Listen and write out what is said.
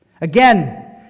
Again